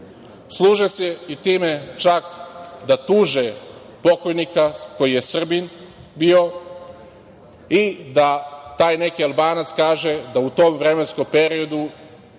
Služe se i time, čak, da tuže pokojnika koji je Srbin bio i da taj neki Albanac kaže da u tom nekom vremenskom periodu,